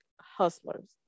hustlers